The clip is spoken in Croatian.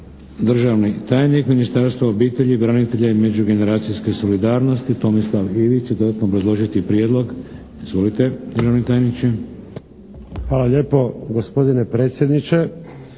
Državni tajnik Ministarstva obitelji, branitelja i međugeneracijske solidarnosti Tomislav Ivić će dodatno obrazložiti prijedlog. Izvolite državni tajniče. **Ivić, Tomislav (HDZ)** Hvala lijepo gospodine predsjedniče.